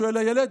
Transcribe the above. שואל הילד.